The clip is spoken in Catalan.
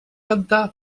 cantar